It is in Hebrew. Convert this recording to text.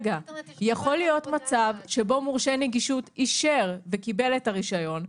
יכול להיות מצב שבו מורשה נגישות אישר וקיבל את הרישיון,